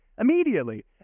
immediately